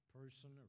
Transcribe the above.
person